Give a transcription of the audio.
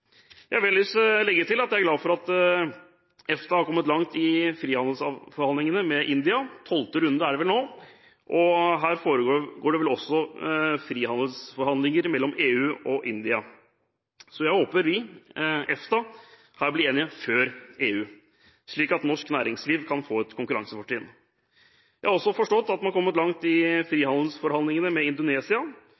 Jeg vil ellers legge til at jeg er glad for at EFTA har kommet langt i frihandelsforhandlingene med India – tolvte runde er det vel nå. Det foregår også frihandelsforhandlinger mellom EU og India. Jeg håper vi, EFTA, her blir enige før EU, slik at norsk næringsliv kan få et konkurransefortrinn. Jeg har også forstått at man har kommet langt i